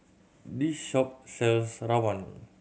this shop sells rawon